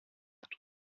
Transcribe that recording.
του